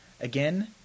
Again